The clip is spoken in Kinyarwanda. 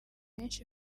benshi